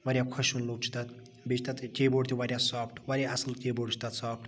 واریاہ خۄشوُن لُک چھ تتھ بیٚیہِ چھ تتھ کی بوڑ تہِ واریاہ سوفٹ واریاہ اصل کی بوڑ چھ تتھ سوفٹ